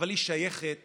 היא שייכת